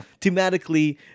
Thematically